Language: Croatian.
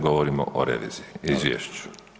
Govorimo o reviziji, izvješću.